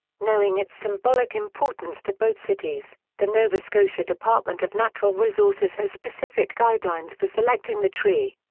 knowing its symbolic importance to both cities, the nova scotia department of natural resources has specific guidelines for selecting the tree.